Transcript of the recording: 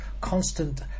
constant